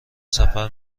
سفر